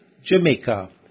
Jamaica